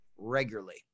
regularly